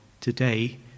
today